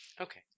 okay